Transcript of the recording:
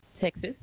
Texas